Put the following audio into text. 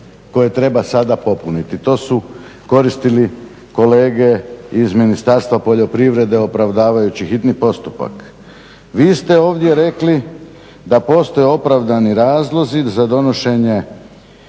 koje treba sada popuniti. To su koristili kolege iz Ministarstva poljoprivrede opravdavajući hitni postupak. Vi ste ovdje rekli da postoje opravdani razlozi za donošenje